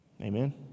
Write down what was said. Amen